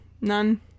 none